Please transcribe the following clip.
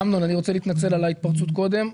אמנון, אני רוצה להתנצל על ההתפרצות קודם,